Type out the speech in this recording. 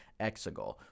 Exegol